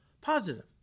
positive